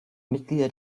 mitglieder